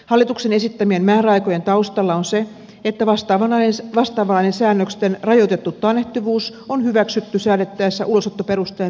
hallituksen esittämien määräaikojen taustalla on se että vastaavanlainen säännösten rajoitettu taannehtivuus on hyväksytty säädettäessä ulosottoperusteen määräaikaisuudesta